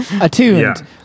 Attuned